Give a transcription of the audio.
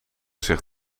zich